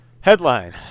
Headline